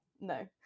No